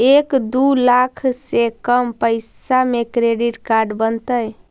एक दू लाख से कम पैसा में क्रेडिट कार्ड बनतैय?